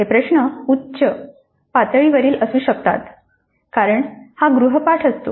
हे प्रश्न उच्च बौद्धिक पातळीवरील असू शकतात कारण हा गृहपाठ असतो